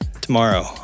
Tomorrow